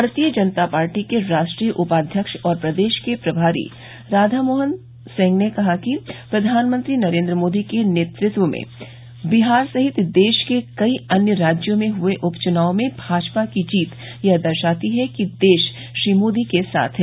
भारतीय जनता पार्टी के राष्ट्रीय उपाध्यक्ष और प्रदेश प्रभारी राधा मोहन सिंह ने कहा कि प्रधानमंत्री नरेन्द्र मोदी के नेतृत्व में बिहार सहित देश के कई अन्य राज्यों में हुए उप चुनाव में भाजपा की जीत यह दर्शाती है कि देश श्री मोदी के साथ है